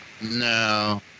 No